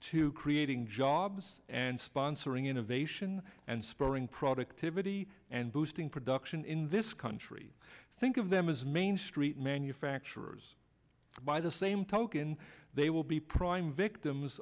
to creating jobs and sponsoring innovation and spurring productivity and boosting production in this country think of them as main street manufacturers by the same token they will be prime victims